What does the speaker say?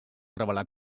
revelar